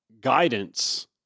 guidance